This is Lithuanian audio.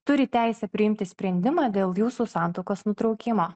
turi teisę priimti sprendimą dėl jūsų santuokos nutraukimo